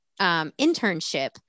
internship